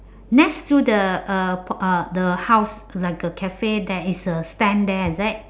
next to the uh uh the house like a cafe there is a stand there is it